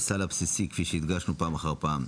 הסל הבסיסי כפי שהדגשנו פעם אחר פעם.